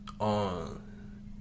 On